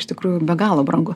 iš tikrųjų be galo brangu